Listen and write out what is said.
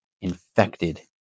infected